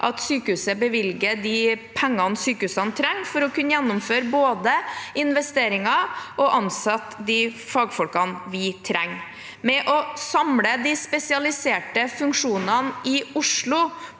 at sykehuset bevilger de pengene sykehusene trenger for å kunne gjennomføre investeringer og for å ansette de fagfolkene vi trenger. Ved å samle de spesialiserte funksjonene i Oslo